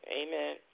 amen